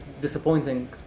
disappointing